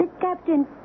captain